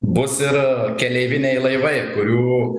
bus ir keleiviniai laivai kurių